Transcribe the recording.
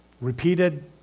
Repeated